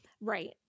right